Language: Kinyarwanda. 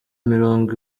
mirongo